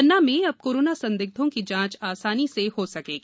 पन्ना में अब कोरोना संदिग्धों की जांच आसानी से हो सकेगी